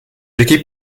équipes